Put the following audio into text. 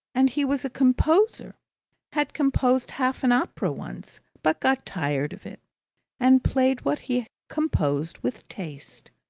and he was a composer had composed half an opera once, but got tired of it and played what he composed with taste.